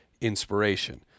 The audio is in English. inspiration